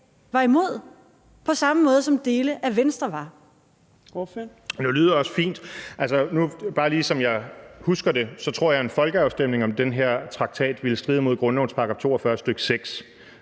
var imod, på samme måde som dele af Venstre var